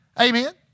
Amen